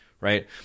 right